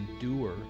endure